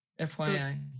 fyi